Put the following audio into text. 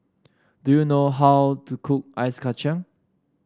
do you know how to cook Ice Kachang